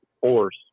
force